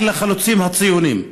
רק לחלוצים הציונים.